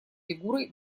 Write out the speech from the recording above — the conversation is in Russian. фигурой